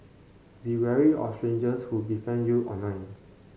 be wary of strangers who be friend you online